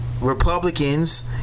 Republicans